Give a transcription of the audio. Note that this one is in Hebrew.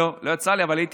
היית